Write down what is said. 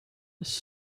this